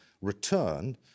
return